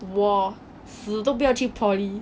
我死都不要去 poly